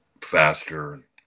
faster